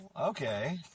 okay